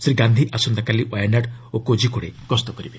ଶ୍ରୀ ଗାନ୍ଧି ଆସନ୍ତାକାଲି ୱାୟାନାଡ ଓ କୋଜିକୋଡ଼େ ଗସ୍ତ କରିବେ